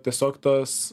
tiesiog tos